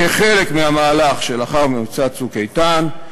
כחלק מהמהלך שלאחר מבצע "צוק איתן",